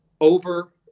over